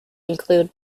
include